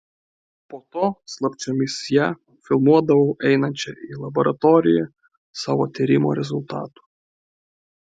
po to slapčiomis ją filmuodavau einančią į laboratoriją savo tyrimo rezultatų